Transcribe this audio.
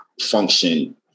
function